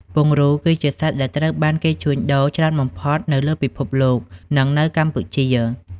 ពង្រូល គឺជាសត្វដែលត្រូវបានគេជួញដូរច្រើនបំផុតនៅលើពិភពលោក និងនៅកម្ពុជា។